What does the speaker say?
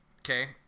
okay